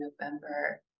november